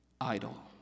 idol